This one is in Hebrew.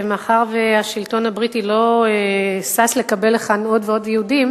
ומאחר שהשלטון הבריטי לא שש לקבל לכאן עוד ועוד יהודים,